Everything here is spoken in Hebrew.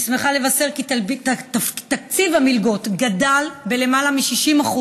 אני שמחה לבשר כי תקציב המלגות גדל ביותר מ-60%,